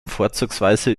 vorzugsweise